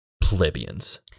plebeians